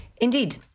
Indeed